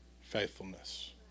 faithfulness